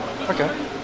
Okay